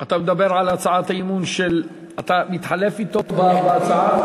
אתה מתחלף אתו בהצעה?